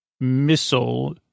missile